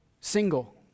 single